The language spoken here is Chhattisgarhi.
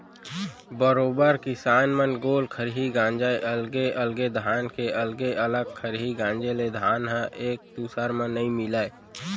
बरोबर किसान मन गोल खरही गांजय अलगे अलगे धान के अलगे अलग खरही गांजे ले धान ह एक दूसर म नइ मिलय